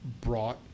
brought